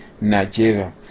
Nigeria